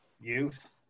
youth